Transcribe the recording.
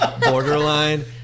borderline